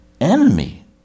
enemy